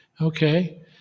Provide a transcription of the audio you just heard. okay